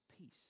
peace